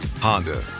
Honda